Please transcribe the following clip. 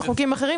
בחוקים אחרים.